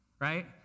right